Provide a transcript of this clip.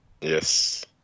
Yes